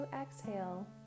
exhale